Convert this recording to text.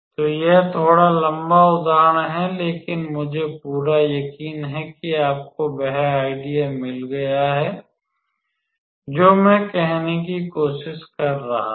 तो यह थोड़ा लंबा उदाहरण है लेकिन मुझे पूरा यकीन है कि आपको वह आइडिया मिल गया है जो मैं कहने की कोशिश कर रहा था